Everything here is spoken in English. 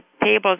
tables